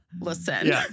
listen